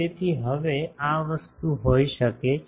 તેથી હવે આ વસ્તુ હોઈ શકે છે